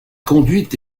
conduite